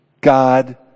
God